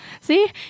see